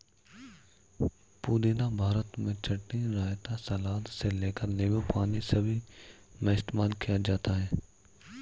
पुदीना भारत में चटनी, रायता, सलाद से लेकर नींबू पानी सभी में इस्तेमाल किया जाता है